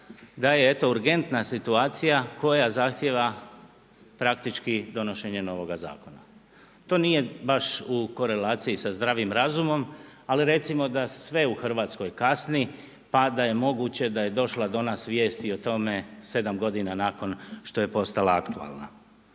da je eto urgentna situacija, koja zasjeda praktički donošenje novoga zakona. To nije baš u korelaciji sa zdravim razumom, ali recimo da sve u Hrvatskoj kasni, pa da je moguće da je došla do nas vijest i o tome 7 g. nakon što je postala aktualna.